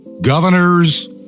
governors